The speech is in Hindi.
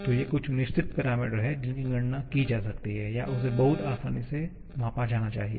तो ये कुछ निश्चित पैरामीटर हैं जिनकी गणना की जा सकती है या उसे बहुत आसानी से मापा जाना चाहिए